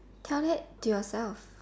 tell that to yourself